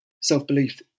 self-belief